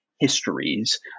histories